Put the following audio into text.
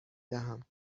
دهم